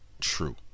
true